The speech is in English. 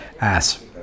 Ass